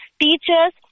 teachers